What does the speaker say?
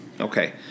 Okay